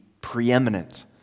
preeminent